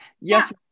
yes